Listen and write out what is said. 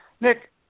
Nick